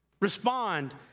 respond